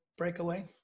breakaway